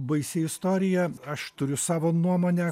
baisi istorija aš turiu savo nuomonę